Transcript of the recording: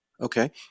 okay